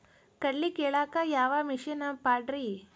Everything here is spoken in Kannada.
ಕಡ್ಲಿ ಕೇಳಾಕ ಯಾವ ಮಿಷನ್ ಪಾಡ್ರಿ?